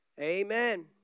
Amen